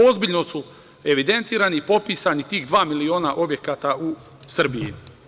Ozbiljno su evidentirani i popisani tih dva miliona objekata u Srbiji.